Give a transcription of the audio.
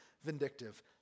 vindictive